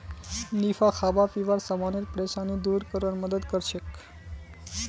निफा खाबा पीबार समानेर परेशानी दूर करवार मदद करछेक